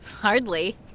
Hardly